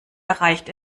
erreicht